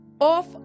off